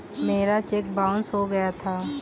मेरा cheque bounce हो गया था